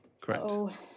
Correct